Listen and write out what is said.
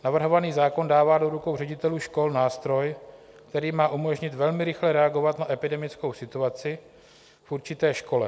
Navrhovaný zákon dává do rukou ředitelů škol nástroj, který má umožnit velmi rychle reagovat na epidemickou situaci v určité škole.